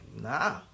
nah